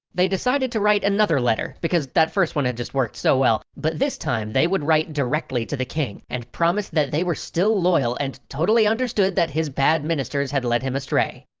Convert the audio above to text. they decided to write another letter, because that first one had just worked out so well. but this time, they would write directly to the king and promised that they were still loyal and totally understood that his bad ministers had led him astray.